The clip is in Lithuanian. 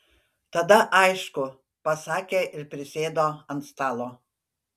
tada aišku pasakė ir prisėdo ant stalo